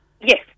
Yes